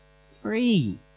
free